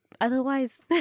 otherwise